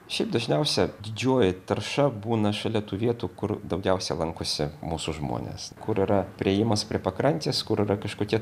šiaip dažniausia didžioji tarša būna šalia tų vietų kur daugiausiai lankosi mūsų žmonės kur yra priėjimas prie pakrantės kur yra kažkokie